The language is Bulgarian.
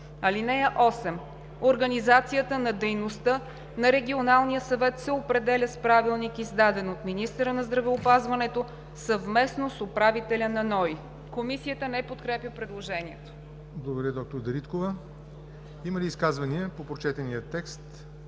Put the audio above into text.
орган. (8) Организацията на дейността на Регионалния съвет се определя с правилник, издаден от министъра на здравеопазването съвместно с управителя на НОИ.“ Комисията не подкрепя предложението. ПРЕДСЕДАТЕЛ ЯВОР НОТЕВ: Благодаря, д-р Дариткова. Има ли изказвания по прочетения текст